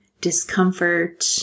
discomfort